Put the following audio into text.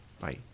bye